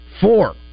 four